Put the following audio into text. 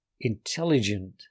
intelligent